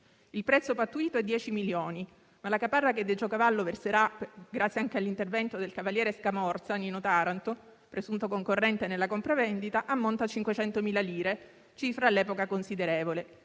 Il prezzo pattuito è 10 milioni, ma la caparra che Decio Cavallo verserà, grazie anche all'intervento del cavaliere Scamorza, Nino Taranto, presunto concorrente nella compravendita, ammonta a 500.000 lire, cifra all'epoca considerevole.